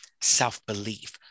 self-belief